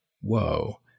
whoa